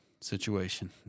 situation